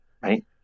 right